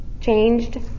Changed